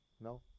No